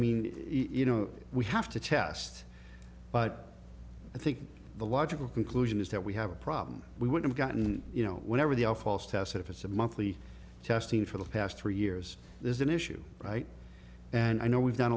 mean you know we have to test but i think the logical conclusion is that we have a problem we would have gotten you know whenever the all false test if it's a monthly testing for the past three years there's an issue right and i know we've done